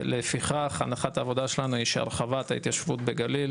ולפיכך הנחת העבודה שלנו היא שהרחבת ההתיישבות בגליל